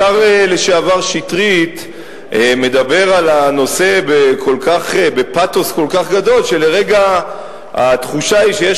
השר לשעבר שטרית מדבר על הנושא בפתוס כל כך גדול שלרגע התחושה היא שיש